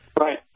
right